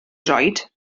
droed